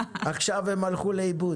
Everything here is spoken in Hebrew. עכשיו הם הלכו לאיבוד.